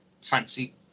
fancy